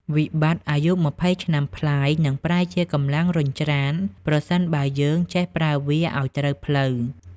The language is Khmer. វិបត្តិអាយុ២០ឆ្នាំប្លាយនឹងប្រែជា "កម្លាំងរុញច្រាន" ប្រសិនបើយើងចេះប្រើវាឱ្យត្រូវផ្លូវ។